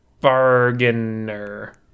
Bargainer